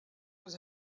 was